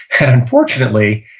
and unfortunately,